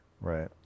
right